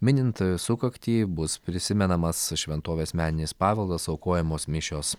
minint sukaktį bus prisimenamas šventovės meninis paveldas aukojamos mišios